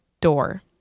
door